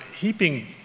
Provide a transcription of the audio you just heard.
heaping